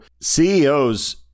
ceos